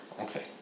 Okay